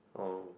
oh